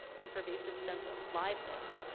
and pervasive sense of liveness,